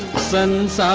son's